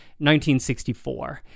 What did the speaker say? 1964